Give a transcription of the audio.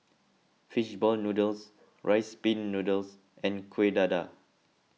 Fish Ball Noodles Rice Pin Noodles and Kuih Dadar